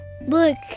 Look